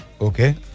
Okay